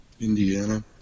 Indiana